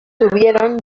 tuvieron